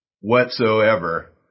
whatsoever